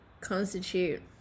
constitute